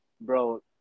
Bro